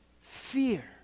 fear